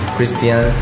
Christian